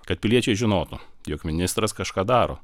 kad piliečiai žinotų jog ministras kažką daro